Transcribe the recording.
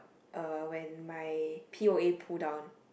uh when my P_O_A pull down